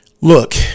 Look